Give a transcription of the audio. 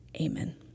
amen